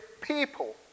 people